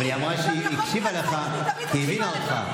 אבל היא אמרה שהיא הקשיבה לך כי היא הבינה אותך.